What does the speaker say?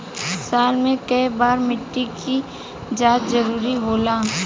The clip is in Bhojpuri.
साल में केय बार मिट्टी के जाँच जरूरी होला?